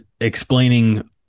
explaining